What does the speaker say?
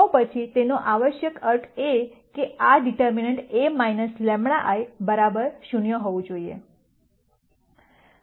તો પછી તેનો આવશ્યક અર્થ એ કે આ ડિટર્મનન્ટ A λ I 0 હોવું જોઈએ